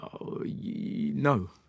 no